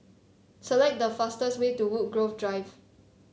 select the fastest way to Woodgrove Drive